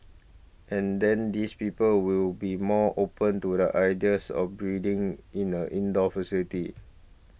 and then these people will be more open to the ideas of breeding in an indoor facility